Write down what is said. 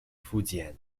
fujian